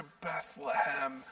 Bethlehem